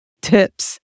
tips